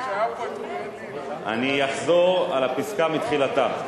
אני אחזור על הפסקה מתחילתה.